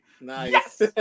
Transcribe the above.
Nice